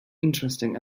interesting